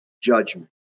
judgment